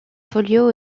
folio